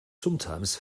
sometimes